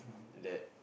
that